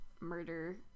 murder